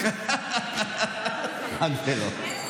עד פה.